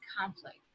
conflict